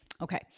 Okay